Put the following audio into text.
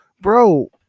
bro